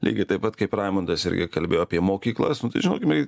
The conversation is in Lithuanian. lygiai taip pat kaip raimundas irgi kalbėjo apie mokyklas nu tai žinokime